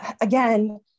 Again